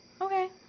Okay